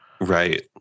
Right